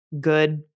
good